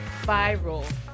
viral